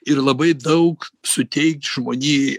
ir labai daug suteikt žmonijai